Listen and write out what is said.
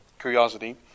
Curiosity